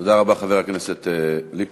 תודה רבה, חבר הכנסת ליפמן.